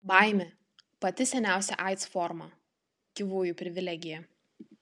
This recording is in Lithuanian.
baimė pati seniausia aids forma gyvųjų privilegija